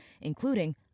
including